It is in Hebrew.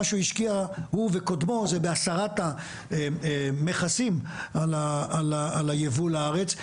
שהוא השקיע הוא וקודמו זה בהסרת המכסים על הייבוא לארץ.